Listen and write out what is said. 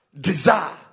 desire